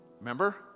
remember